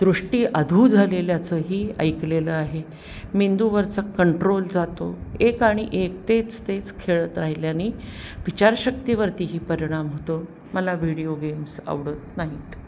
दृष्टी अधू झालेल्याचंही ऐकलेलं आहे मेंदूवरचा कंट्रोल जातो एक आणि एक तेच तेच खेळत राहिल्याने विचारशक्तीवरतीही परिणाम होतो मला व्हिडिओ गेम्स आवडत नाहीत